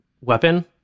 weapon